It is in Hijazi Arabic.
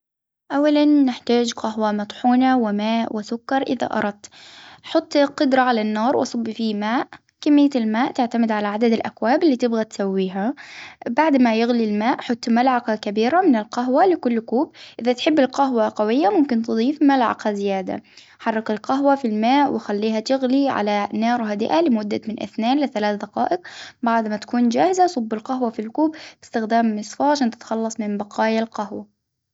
اولا نحتاج قهوة مطحونة وماء وسكر إذا أردت، حطي قدرة على النار وصبي في ماء، كمية الماء تعتمد على عدد الأكواب اللي تبغى تسويها، بعد ما يغلي الماء حطي ملعقة كبيرة من القهوة لكل كوب، إذا تحبي القهوة قوية ممكن تضيف ملعقة زيادة، حرك القهوة في الماء وخليها تغلي على نار هادئة لمدة من اثنين لثلاث دقائق، بعد ما تكون جاهزة صب القهوة في الكوب بإستخدام مصفاة عشان تتخلص من بقايا القهوة.